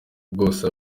bwose